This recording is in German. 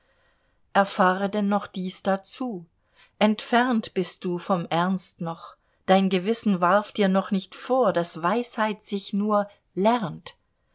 erfahre denn noch dies dazu entfernt bist du vom ernst noch dein gewissen warf dir noch nicht vor daß weisheit sich nur lernt